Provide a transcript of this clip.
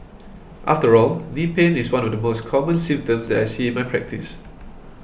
after all knee pain is one of the most common symptoms that I see in my practice